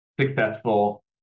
successful